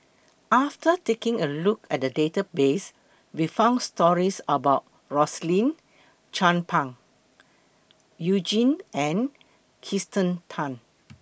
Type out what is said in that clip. after taking A Look At The Database We found stories about Rosaline Chan Pang YOU Jin and Kirsten Tan